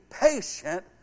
patient